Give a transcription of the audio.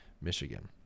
michigan